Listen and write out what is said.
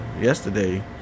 yesterday